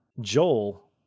Joel